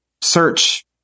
search